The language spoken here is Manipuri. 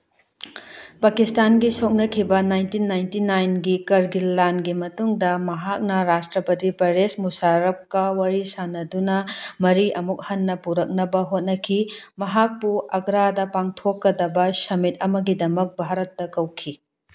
ꯄꯀꯤꯁꯇꯥꯟꯒꯤ ꯁꯣꯛꯅꯈꯤꯕ ꯅꯥꯏꯟꯇꯤꯟ ꯅꯥꯏꯟꯇꯤ ꯅꯥꯏꯟꯒꯤ ꯀꯔꯒꯤꯜ ꯂꯥꯟꯒꯤ ꯃꯇꯨꯡꯗ ꯃꯍꯥꯛꯅ ꯔꯥꯁꯇ꯭ꯔꯄꯇꯤ ꯄꯔꯦꯁ ꯃꯨꯁꯥꯔꯞꯀ ꯋꯥꯔꯤ ꯁꯥꯟꯅꯗꯨꯅ ꯃꯔꯤ ꯑꯃꯨꯛ ꯍꯟꯅ ꯄꯨꯔꯛꯅꯕ ꯍꯣꯠꯅꯈꯤ ꯃꯍꯥꯛꯄꯨ ꯑꯒ꯭ꯔꯥꯗ ꯄꯥꯡꯊꯣꯛꯀꯗꯕ ꯁꯃꯤꯠ ꯑꯃꯒꯤꯗꯃꯛ ꯚꯥꯔꯠꯇ ꯀꯧꯈꯤ